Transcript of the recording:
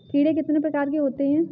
कीड़े कितने प्रकार के होते हैं?